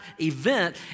event